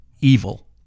evil